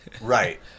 Right